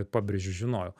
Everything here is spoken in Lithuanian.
pabrėžiu žinojau